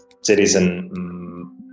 citizen